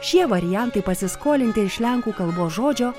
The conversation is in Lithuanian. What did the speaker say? šie variantai pasiskolinti iš lenkų kalbos žodžio